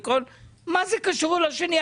מה זה קשור אחד לשני?